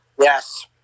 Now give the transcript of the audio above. Yes